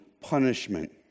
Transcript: punishment